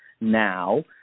now